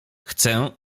chcę